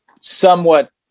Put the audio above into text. somewhat